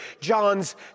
John's